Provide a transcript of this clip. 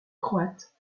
croate